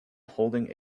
holding